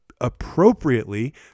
appropriately